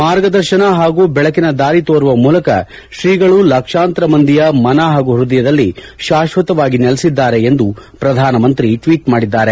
ಮಾರ್ಗದರ್ಶನ ಹಾಗೂ ಬೆಳಕಿನ ದಾರಿ ತೋರುವ ಮೂಲಕ ಶ್ರೀಗಳು ಲಕ್ಷಾಂತರ ಮಂದಿಯ ಮನ ಹಾಗೂ ಹೃದಯದಲ್ಲಿ ಶಾಶ್ವತವಾಗಿ ನೆಲೆಸಿದ್ದಾರೆ ಎಂದು ಪ್ರಧಾನಮಂತ್ರಿ ನರೇಂದ್ರ ಮೋದಿ ಟ್ವೀಟ್ ಮಾಡಿದ್ದಾರೆ